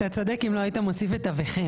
אתה צודק אם לא היית מוסיף את ה-"וכן".